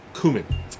cumin